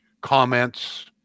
comments